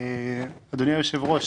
אדוני היושב-ראש,